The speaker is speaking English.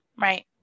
Right